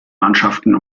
mannschaften